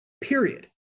period